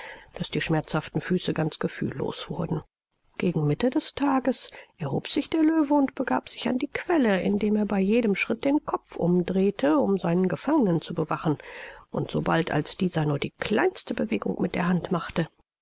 daß die schmerzhaften füße ganz gefühllos wurden gegen mitte des tages erhob sich der löwe und begab sich an die quelle indem er bei jedem schritt den kopf umdrehte um seinen gefangenen zu bewachen und so bald als dieser nur die kleinste bewegung mit der hand machte